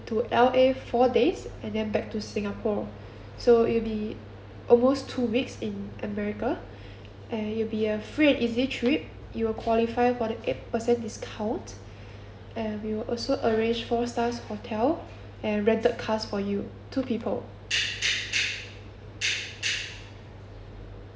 to L_A four days and then back to singapore so it'd be almost two weeks in america and it'll be a free and easy trip you're qualified for the eight percent discount and we will also arrange four stars hotel and rented cars for you two people